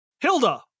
Hilda